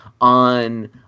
on